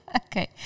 Okay